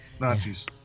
Nazis